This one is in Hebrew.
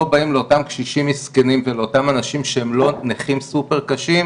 לא באים לאותם קשישים מסכנים ולאותם אנשים שהם לא נכים סופר קשים,